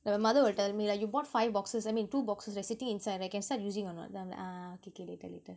like my mother will tell me like you bought five boxes I mean two boxes right sitting inside right can start using or not then I'm like ah K K later later